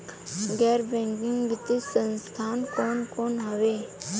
गैर बैकिंग वित्तीय संस्थान कौन कौन हउवे?